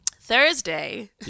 Thursday